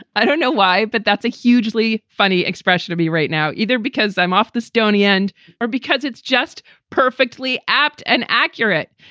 i don't know why, but that's a hugely funny expression to be right now, either because i'm off the stony end or because it's just perfectly apt and accurate.